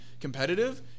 competitive